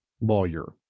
lawyer